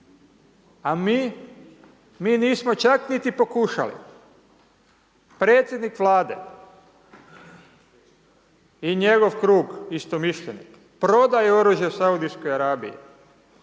mi nismo čak niti pokušali. Predsjednik Vlade i njegov krug istomišljenika, prodaje oružje Saudijskoj Arabiji,